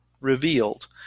revealed